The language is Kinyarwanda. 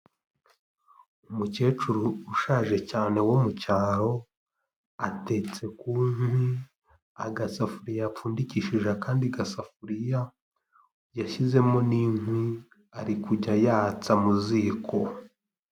Umukecuru ushaje cyane wo mu cyaro, atetse ku inkwi agasafuriya yapfundikishije akandi gasafuriya, yashyizemo n'inkwi ari kujya yatsa mu iziko.